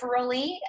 peripherally